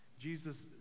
Jesus